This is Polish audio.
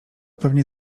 pewnie